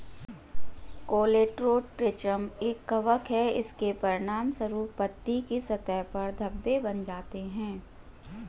Colletotrichum एक कवक है, इसके परिणामस्वरूप पत्ती की सतह पर धब्बे बन जाते हैं